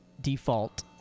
Default